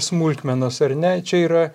smulkmenos ar ne čia yra